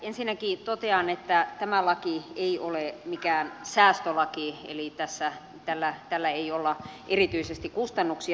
ensinnäkin totean että tämä laki ei ole mikään säästölaki eli tällä ei olla erityisesti kustannuksia säästämässä